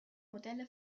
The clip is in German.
modelle